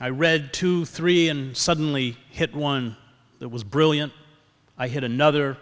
i read two three and suddenly hit one that was brilliant i had another